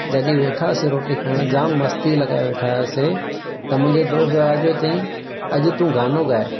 जॾहिं वेठा हुआसीं रोटी खाइण जामु मस्ती लॻाए वेठा हुआसीं त मुंहिंजे दोस्त राजूअ चयाईं अॼु तूं गानो ॻाए